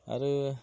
आरो